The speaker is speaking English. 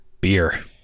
beer